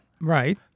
right